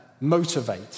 motivate